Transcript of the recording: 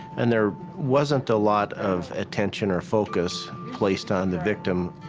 and there wasn't a lot of attention or focus placed on the victim.